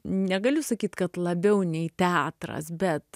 negaliu sakyt kad labiau nei teatras bet